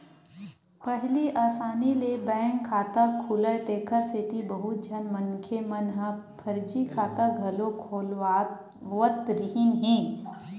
पहिली असानी ले बैंक खाता खुलय तेखर सेती बहुत झन मनखे मन ह फरजी खाता घलो खोलवावत रिहिन हे